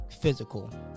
physical